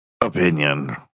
opinion